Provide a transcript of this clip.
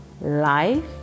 life